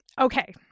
Okay